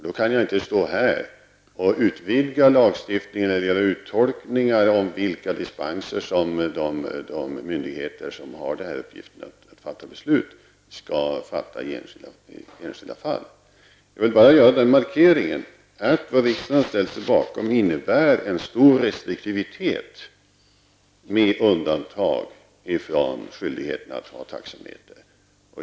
Då kan jag inte stå här och utvidga lagstiftningen när det gäller tolkningar om vilka dispenser som de myndigheter som har till uppgift att fatta beslut, skall besluta om i enskilda fall. Jag vill bara göra den markeringen att det som riksdagen har ställt sig bakom innebär en stor restriktivitet när det gäller undantag för skyldigheten att ha taxameter.